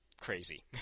crazy